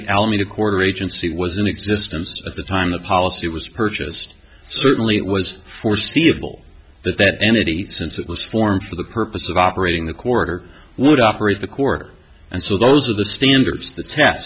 certainly alameda quarter agency was in existence at the time the policy was purchased certainly it was foreseeable that that entity since it was formed for the purpose of operating the corridor would operate the court and so those are the standards the t